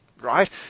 right